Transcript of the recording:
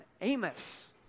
Amos